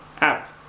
app